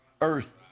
earth